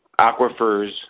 aquifers